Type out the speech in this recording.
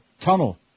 tunnel